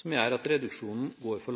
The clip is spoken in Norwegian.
som gjør at reduksjonen går for